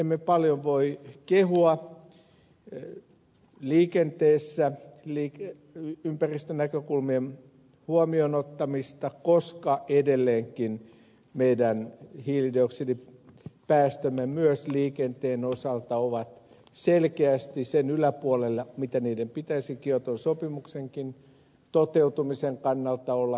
emme paljon voi kehua liikenteessä ympäristönäkökulmien huomioon ottamista koska edelleenkin meidän hiilidioksidipäästömme myös liikenteen osalta ovat selkeästi sen yläpuolella mitä niiden pitäisi kioton sopimuksenkin toteutumisen kannalta olla